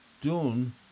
done